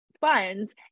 funds